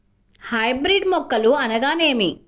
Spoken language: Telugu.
హైబ్రిడ్ మొక్కలు అనగానేమి?